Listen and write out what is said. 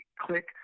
click